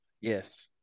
Yes